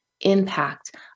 impact